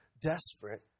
desperate